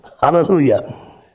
hallelujah